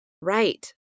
Right